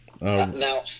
Now